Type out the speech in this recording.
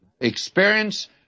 Experience